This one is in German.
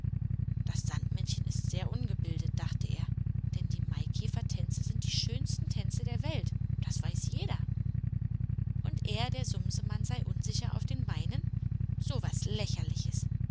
das sandmännchen ist sehr ungebildet dachte er denn die maikäfertänze sind die schönsten tänze der welt das weiß jeder und er der sumsemann sei unsicher auf den beinen so was lächerliches